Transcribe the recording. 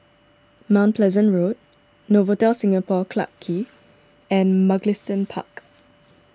Mount Pleasant Road Novotel Singapore Clarke Quay and Mugliston Park